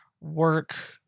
work